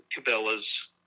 Cabela's